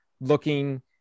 looking